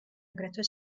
აგრეთვე